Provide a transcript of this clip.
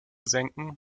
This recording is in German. senken